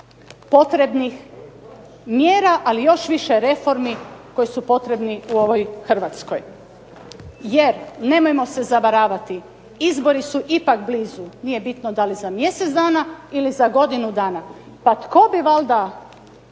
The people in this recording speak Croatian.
potrebnih mjera, ali još više reformi koje su potrebne u ovoj Hrvatskoj. Jer nemojmo se zavaravati, izbori su ipak blizu, nije bitno da li za mjesec dana ili za godinu dana, pa tko bi valda